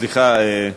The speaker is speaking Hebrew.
סליחה,